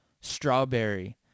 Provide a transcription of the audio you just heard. strawberry